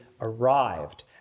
arrived